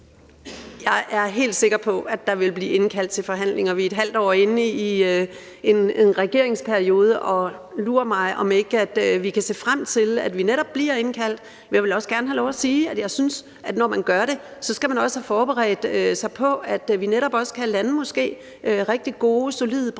Jeg er helt sikker på, at der vil blive indkaldt til forhandlinger. Vi er et halvt år inde i en regeringsperiode, og lur mig, om ikke vi kan se frem til, at vi netop bliver indkaldt. Men jeg vil også gerne have lov til at sige, at jeg synes, at man, når man gør det, også skal have forberedt sig på, at vi netop måske også kan lande rigtig gode, solide og brede